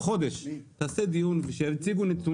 חודש תערוך דיון ושיציגו נתונים,